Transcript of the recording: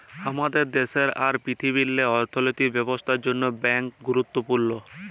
আমাদের দ্যাশেল্লে আর পীরথিবীল্লে অথ্থলৈতিক ব্যবস্থার জ্যনহে ব্যাংক গুরুত্তপুর্ল